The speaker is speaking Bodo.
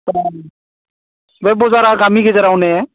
बे बाजारा गामि गेजेरावने